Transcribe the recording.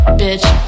bitch